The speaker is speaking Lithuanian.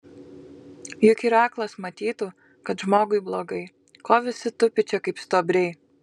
juk ir aklas matytų kad žmogui blogai ko visi tupi čia kaip stuobriai